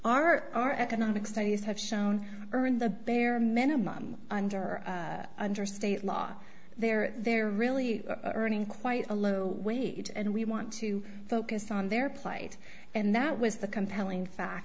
are our economic studies have shown earned the bare minimum under under state law there they're really earning quite a low wage and we want to focus on their plight and that was the compelling fact